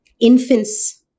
Infants